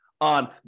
on